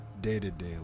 day-to-day